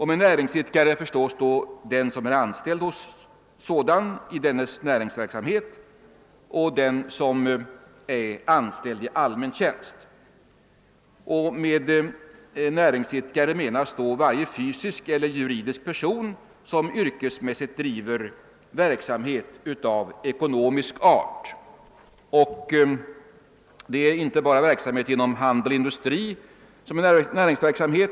Med näringsidkare likställes även den som är anställd hos sådan i dennes näringsverksamhet och den som är anställd i allmän tjänst. Vidare menas med näringsidkare varje fysisk eller juridisk person som yrkesmässigt driver verksamhet av ekonomisk art. Det gäller inte bara verksamhet inom handel och industri.